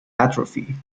atrophy